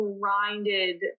grinded